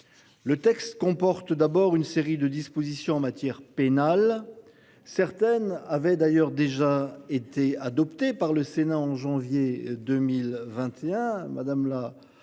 Le texte comporte d'abord une série de dispositions en matière pénale. Certaines avaient d'ailleurs déjà été adoptés par le Sénat en janvier 2021,